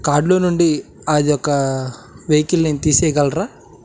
కార్డ్లో నుండి అది ఒక వెహికిల్ నేమ్ తీసేయగలరా